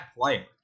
player